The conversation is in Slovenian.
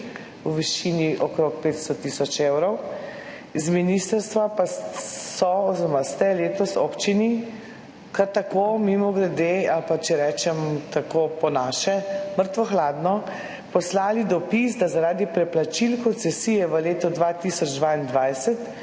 v višini okrog 500 tisoč evrov, z ministrstva pa so oziroma ste letos občini kar tako mimogrede ali pa, če rečem tako po naše, mrtvo hladno poslali dopis, da zaradi preplačil koncesije v letu 2022